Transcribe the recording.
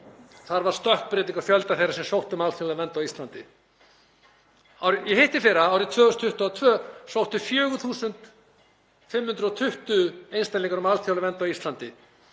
Þar varð stökkbreyting á fjölda þeirra sem sóttu um alþjóðlega vernd á Íslandi. Í hittiðfyrra, árið 2022, sóttu 4.520 einstaklingar um alþjóðlega vernd á Íslandi,